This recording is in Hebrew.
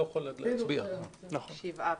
הצבעה בעד,